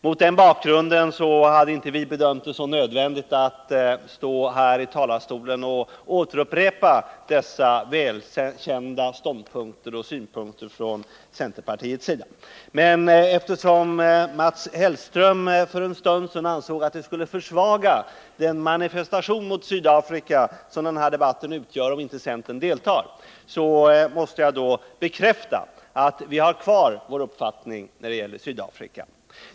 Mot den bakgrunden hade vi inte bedömt det nödvändigt att stå här i talarstolen och upprepa dessa välkända synpunkter från centerpartiets sida. Men eftersom Mats Hellström för en stund sedan ansåg att det skulle försvaga den manifestation mot Sydafrika som den här debatten utgör om inte centern deltar måste jag bekräfta att vi har kvar vår uppfattning när det gäller Sydafrika.